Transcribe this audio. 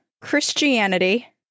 Christianity